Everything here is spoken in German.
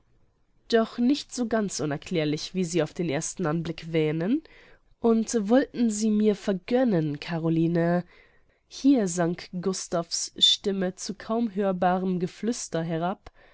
doch nicht so ganz unerklärlich wie sie auf den ersten anblick wähnen und wollten sie mir vergönnen caroline hier sank gustav's stimme zu kaum hörbarem geflüster herab